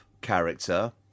character